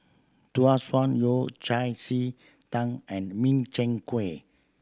Tau Suan Yao Cai ji tang and Min Chiang Kueh